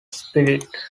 spirit